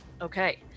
Okay